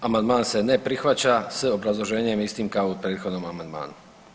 Amandman se ne prihvaća s obrazloženjem istim kao i u prethodnom amandmanu.